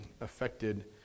affected